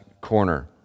corner